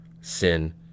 sin